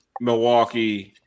Milwaukee